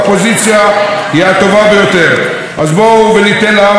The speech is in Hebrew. אז בואו וניתן לעם החכם היושב בציון להמשיך ולהחליט